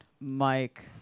Mike